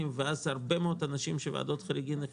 ואז הרבה מאוד אנשים שוועדות חריגים הכניסו,